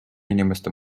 inimeste